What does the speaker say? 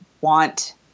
want